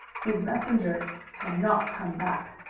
his messenger had not come back.